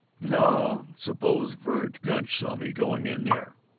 no! suppose verg gunch saw me going in there!